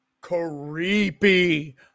creepy